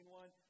one